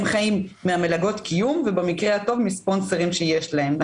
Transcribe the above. הם חיים ממלגות הקיום ובמקרה הטוב מספונסרים שיש להם.